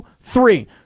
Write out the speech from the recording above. three